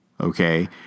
okay